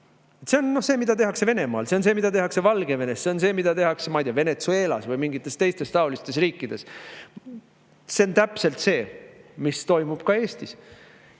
See on see, mida tehakse Venemaal, see on see, mida tehakse Valgevenes, see on see, mida tehakse Venezuelas või mingites teistes taolistes riikides. See on täpselt see, mis toimub ka Eestis.